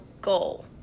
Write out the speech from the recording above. goal